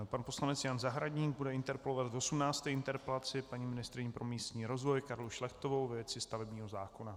Pan poslanec Jan Zahradník bude interpelovat v 18. interpelaci paní ministryni pro místní rozvoj Karlu Šlechtovou ve věci stavebního zákona.